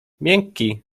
miękki